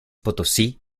potosí